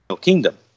Kingdom